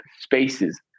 spaces